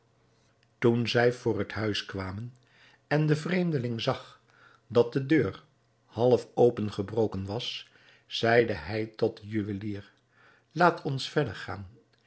toen zij voor het huis kwamen en de vreemdeling zag dat de deur half opengebroken was zeide hij tot den juwelier laat ons verder gaan